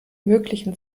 möglichen